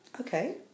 Okay